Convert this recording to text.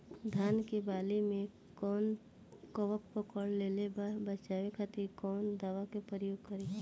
धान के वाली में कवक पकड़ लेले बा बचाव खातिर कोवन दावा के प्रयोग करी?